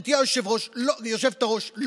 גברתי היושבת-ראש,